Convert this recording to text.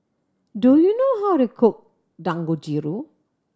do you know how to cook Dangojiru